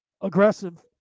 aggressive